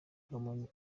kamonyi